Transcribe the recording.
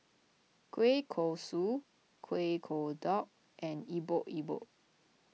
Kueh Kosui Kuih Kodok and Epok Epok